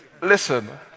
Listen